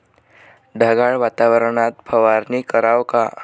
ढगाळ वातावरनात फवारनी कराव का?